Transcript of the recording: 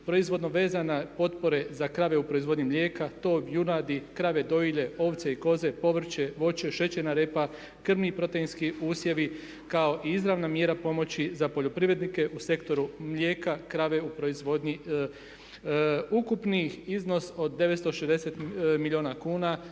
proizvodno vezane potpore za krave u proizvodnji mlijeka, tov junadi, krave dojilje, ovce i koze, povrće, voće, šećerna repa, krmni i proteinski usjevi kao i izravna mjera pomoći za poljoprivrednike u sektoru mlijeka, krave u proizvodnji. Ukupni iznos od 960 milijuna kuna